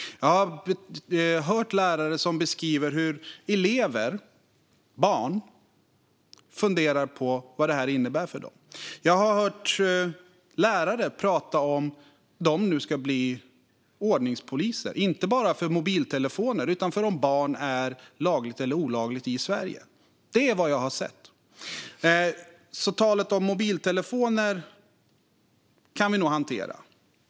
Jag har hört lärare som beskriver hur elever, barn, funderar på vad detta innebär för dem. Jag har hört lärare prata om ifall de nu ska bli ordningspoliser, inte bara när det gäller mobiltelefoner utan när det gäller om barn är lagligt eller olagligt i Sverige. Det är vad jag har sett. Talet om mobiltelefoner kan vi nog hantera.